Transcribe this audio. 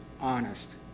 honest